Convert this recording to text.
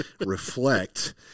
reflect